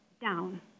down